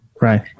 right